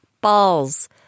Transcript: balls